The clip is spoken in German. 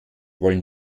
wollen